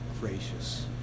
gracious